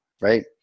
right